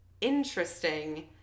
interesting